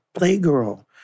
playgirl